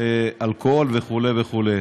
אלכוהול וכו' וכו'.